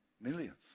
Millions